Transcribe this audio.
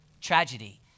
tragedy